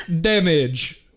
damage